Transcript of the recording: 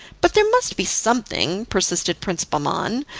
but there must be something, persisted prince bahman,